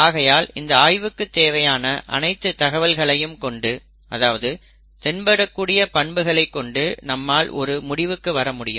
ஆகையால் இந்த ஆய்வுக்குத் தேவையான அனைத்து தகவல்களையும் கொண்டு அதாவது தென்படக்கூடிய பண்புகளைக் கொண்டு நம்மால் ஒரு முடிவுக்கு வர முடியும்